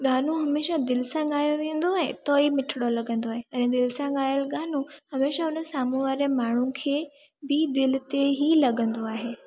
गानो हमेशह दिलि सां ॻायो वेंदो आहे त ई मिठिड़ो लॻंदो आहे ऐं दिलि सां ॻाइल गानो हमेशह उन सामू वारे माण्हू खे बि दिलि ते ई लॻंदो आहे